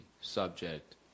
subject